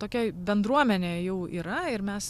tokia bendruomenė jau yra ir mes